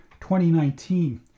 2019